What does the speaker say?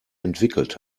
entwickelt